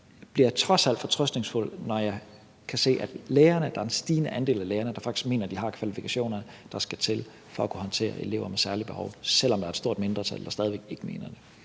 så bliver jeg trods alt fortrøstningsfuld, når jeg kan se, at der er en stigende andel af lærerne, der faktisk mener, at de har de kvalifikationer, der skal til, for at kunne håndtere elever med særlige behov, selv om der altså stadig væk er et stort mindretal, der ikke mener det.